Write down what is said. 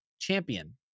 champion